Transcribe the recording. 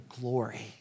glory